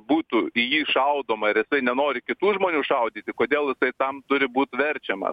būtų į jį šaudoma ir jisai nenori kitų žmonių šaudyti kodėl tam turi būt verčiama